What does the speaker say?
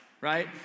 right